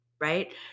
Right